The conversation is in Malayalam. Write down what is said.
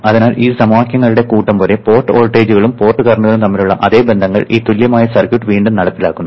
അതിനാൽ ഈ സമവാക്യങ്ങളുടെ കൂട്ടം പോലെ പോർട്ട് വോൾട്ടേജുകളും പോർട്ട് കറന്റ്കളും തമ്മിലുള്ള അതേ ബന്ധങ്ങൾ ഈ തുല്യമായ സർക്യൂട്ട് വീണ്ടും നടപ്പിലാക്കുന്നു